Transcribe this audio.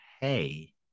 Hey